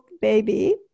baby